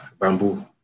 Bamboo